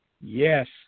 Yes